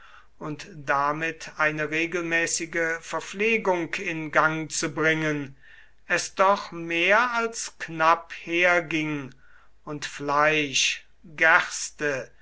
und damit eine regelmäßige verpflegung in gang zu bringen es doch mehr als knapp herging und fleisch gerste